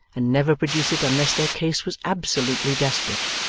and never produce it unless their case was absolutely desperate,